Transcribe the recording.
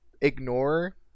ignore